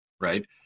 right